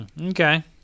okay